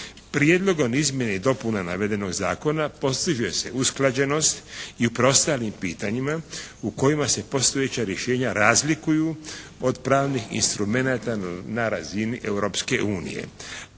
Prijedlogom o izmjeni i dopuna navedenog zakona postiže se usklađenost i u preostalim pitanjima u kojima se postojeća rješenja razlikuju od pravnih instrumenata na razini Europske unije,